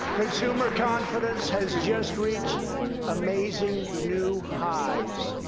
consumer confidence has just reached amazing new highs.